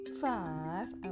five